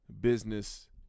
business